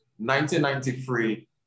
1993